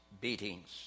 beatings